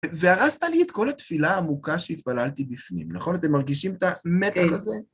והרסת לי את כל התפילה העמוקה שהתפללתי בפנים, נכון? אתם מרגישים את המתח הזה?